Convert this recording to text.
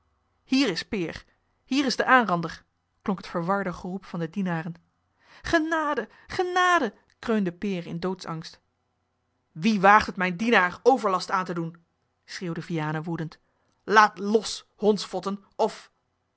hier is peer hier is de aanrander klonk het verwarde geroep van de dienaren genade genade kreunde peer in doodsangst wie waagt het mijn dienaar overlast aan te doen schreeuwde vianen woedend laat los hondsvotten of